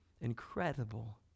Incredible